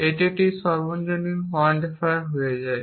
এটি একটি সর্বজনীন কোয়ান্টিফায়ার হয়ে যায়